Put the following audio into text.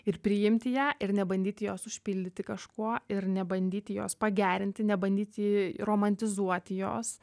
ir priimti ją ir nebandyti jos užpildyti kažkuo ir nebandyti jos pagerinti nebandyti romantizuoti jos